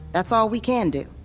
that's all we can do.